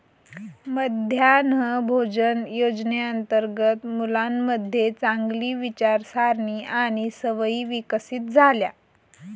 मध्यान्ह भोजन योजनेअंतर्गत मुलांमध्ये चांगली विचारसारणी आणि सवयी विकसित झाल्या